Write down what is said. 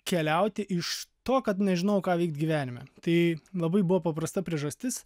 keliauti iš to kad nežinojau ką veikt gyvenime tai labai buvo paprasta priežastis